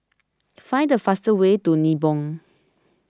find the fastest way to Nibong